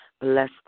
Bless